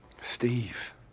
Steve